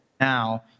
now